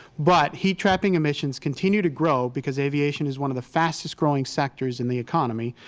but heat-trapping emissions continued to grow because aviation is one of the fastest growing sectors in the economy,